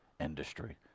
industry